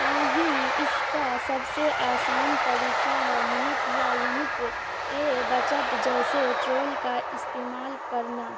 تاہم اس کا سب سے آسان طریقہ ہے منٹ یا یونٹ اے بچٹ جیسے ٹرول کا استعمال کرنا